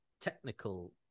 technical